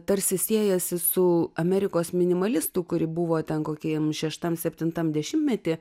tarsi siejasi su amerikos minimalistų kuri buvo ten kokiem šeštam septintam dešimtmety